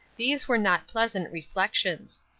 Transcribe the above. these were not pleasant reflections.